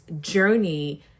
journey